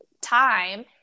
time